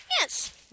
Yes